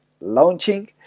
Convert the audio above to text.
launching